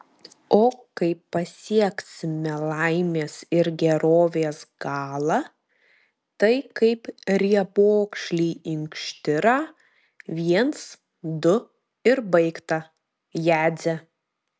o kai pasieksime laimės ir gerovės galą tai kaip riebokšlį inkštirą viens du ir baigta jadze